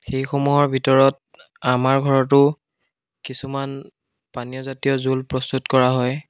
সেইসমূহৰ ভিতৰত আমাৰ ঘৰতো কিছুমান পানীয়জাতীয় জোল প্ৰস্তুত কৰা হয়